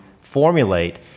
formulate